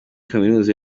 kaminuza